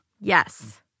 Yes